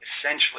essentially